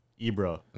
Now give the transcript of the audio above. Ibra